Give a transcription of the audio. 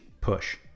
push